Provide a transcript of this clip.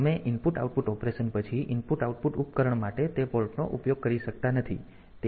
તેથી તમે IO operation પછી IO ઉપકરણ માટે તે પોર્ટનો ઉપયોગ કરી શકતા નથી